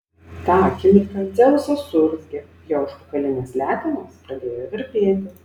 tą akimirką dzeusas suurzgė jo užpakalinės letenos pradėjo virpėti